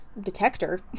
detector